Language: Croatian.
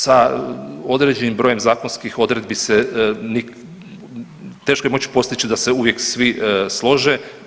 Sa određenim brojem zakonskih odredbi teško je moći postići da se uvijek svi slože.